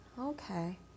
okay